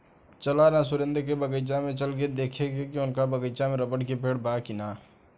चल ना सुरेंद्र के बगीचा में चल के देखेके की उनका बगीचा में रबड़ के पेड़ बा की ना